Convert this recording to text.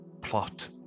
plot